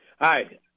Hi